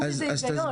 אין בזה היגיון.